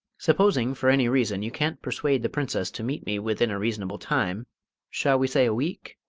supposing, for any reason, you can't persuade the princess to meet me within a reasonable time shall we say a week